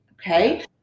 okay